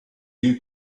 due